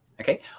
okay